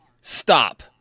Stop